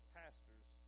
pastors